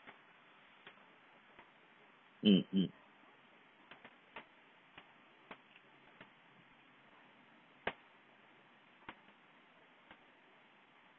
mm mm